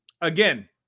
Again